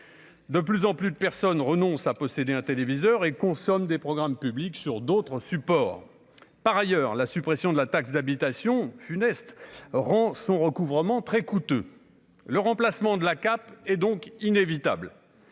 De plus en plus de personnes renoncent à posséder un téléviseur et consomment des programmes publics sur d'autres supports par ailleurs la suppression de la taxe d'habitation funeste rend son recouvrement très coûteux, le remplacement de la cape et donc inévitables,